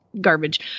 garbage